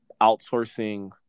outsourcing